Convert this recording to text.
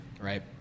right